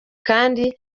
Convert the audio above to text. kandi